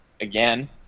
again